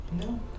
No